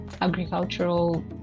agricultural